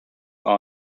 are